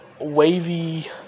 wavy